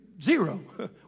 Zero